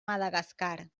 madagascar